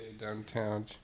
downtown